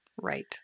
right